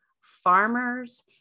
farmers